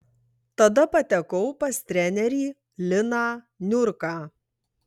tada patekau pas trenerį liną niurką